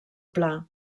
pla